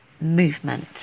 movement